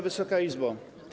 Wysoka Izbo!